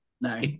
No